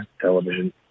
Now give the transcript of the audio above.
television